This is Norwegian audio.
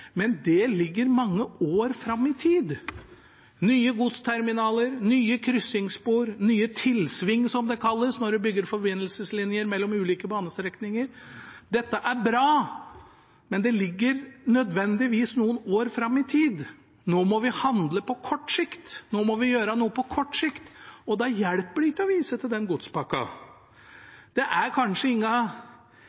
men det ligger mange år fram i tid. Nye godsterminaler, nye kryssingsspor, nye tilsving, som det kalles når en bygger forbindelseslinjer mellom ulike banestrekninger – dette er bra, men det ligger nødvendigvis noen år fram i tid. Nå må vi handle på kort sikt. Nå må vi gjøre noe på kort sikt, og da hjelper det ikke å vise til den godspakka.